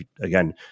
again